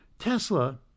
Tesla